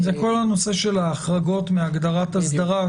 זה כל נושא ההחרגות מהגדרת "אסדרה",